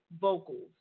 vocals